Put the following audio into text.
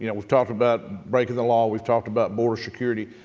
you know we've talked about breaking the law, we've talked about border security.